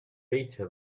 beta